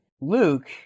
Luke